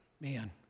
man